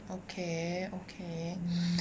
okay okay